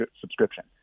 subscription